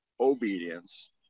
obedience